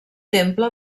temple